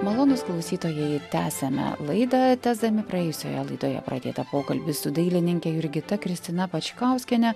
malonūs klausytojai tęsiame laidą tęsdami praėjusioje laidoje pradėtą pokalbį su dailininke jurgita kristina pačkauskiene